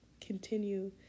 continue